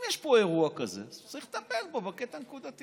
אם יש פה אירוע כזה אז צריך לטפל בו בקטע הנקודתי.